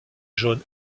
jaune